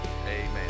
Amen